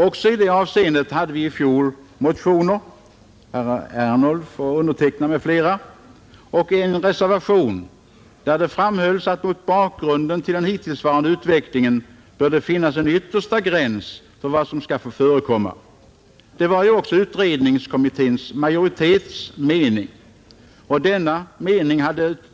Också i detta avseende hade vi i fjol väckt motioner — herr Ernulf och jag själv m.fl. — där det framhölls att det mot bakgrunden av den hittillsvarande utvecklingen bör finnas eri yttersta gräns för vad som skall få förekomma. Detta var ju också utredningskommitténs majoritets mening. Denna uppfattning